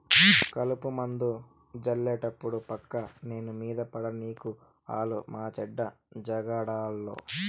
కలుపుమందు జళ్లేటప్పుడు పక్క సేను మీద పడనీకు ఆలు మాచెడ్డ జగడాలోళ్ళు